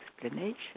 explanation